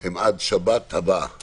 הם עד שבת הבאה